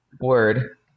word